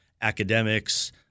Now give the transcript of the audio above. academics